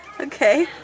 Okay